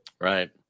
Right